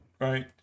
right